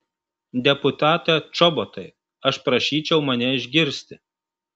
deputate čobotai aš prašyčiau mane išgirsti